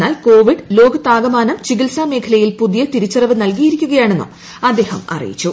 എന്നാൽ കോവിഡ് ലോകത്താകമാനം ചികിത്സ മേഖലയിൽ പുതിയ തിരിച്ചറിവ് നല്കിയിരിക്കുകയാണെന്നും അദ്ദേഹം അറിയിച്ചു